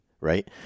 right